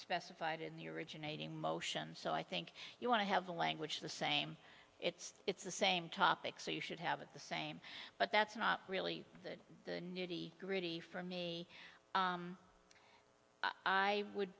specified in the originating motion so i think you want to have the language the same it's the same topic so you should have it the same but that's not really the nitty gritty for me i would